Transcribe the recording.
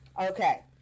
Okay